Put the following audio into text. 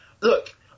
look